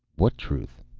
what truth?